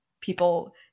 people